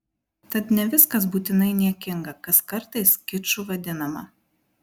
tad ne viskas būtinai niekinga kas kartais kiču vadinama